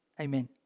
Amen